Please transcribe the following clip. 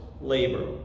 labor